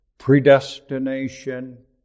predestination